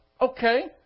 Okay